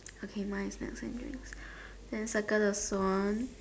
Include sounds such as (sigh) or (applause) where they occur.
okay mine is milk and drinks (breath) then circle the Swan